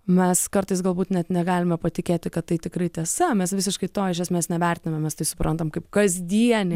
mes kartais galbūt net negalime patikėti kad tai tikrai tiesa mes visiškai to iš esmės nevertiname mes tai suprantam kaip kasdienį